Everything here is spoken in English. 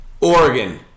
Oregon